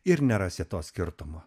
ir nerasit to skirtumo